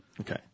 Okay